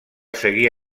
seguir